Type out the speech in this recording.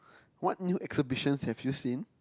what new exhibitions have you seen